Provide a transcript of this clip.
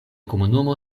komunumo